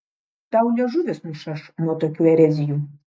tau liežuvis nušaš nuo tokių erezijų